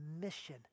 mission